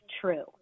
true